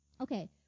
Okay